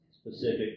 specific